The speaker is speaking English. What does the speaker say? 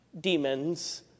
demons